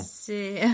C'est